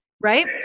right